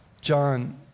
John